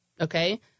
okay